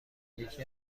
یکی